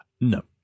No